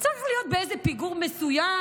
צריך להיות באיזה פיגור מסוים,